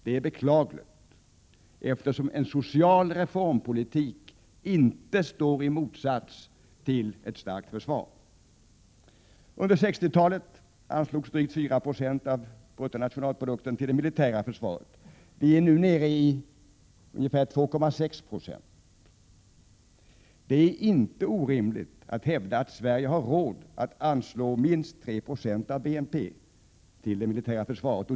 Det är beklagligt, eftersom en social reformpolitik inte står i motsats till ett starkt försvar. Under 60-talet anslogs drygt 4 20 av bruttonationalprodukten till det militära försvaret. Vi är nu nere i ungefär 2,6 20. Det är inte orimligt att hävda att Sverige har råd att anslå minst 3 20 av BNP till det militära försvaret.